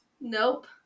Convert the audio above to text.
Nope